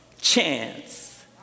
chance